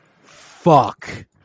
fuck